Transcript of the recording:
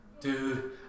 Dude